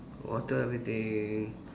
water everything